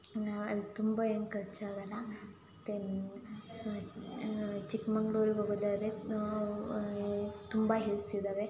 ಇನ್ನೂ ಅಲ್ಲಿ ತುಂಬ ಏನು ಖರ್ಚಾಗೋಲ್ಲ ಮತ್ತು ಚಿಕ್ಕಮಗ್ಳೂರಿಗೆ ಹೋಗೋದಾದ್ರೆ ತುಂಬ ಹಿಲ್ಸ್ ಇದ್ದಾವೆ